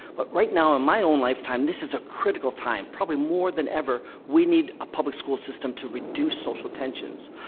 but right now, in my own lifetime, this is a critical time probably more than ever we need a public-school system to reduce social tensions.